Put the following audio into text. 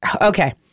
okay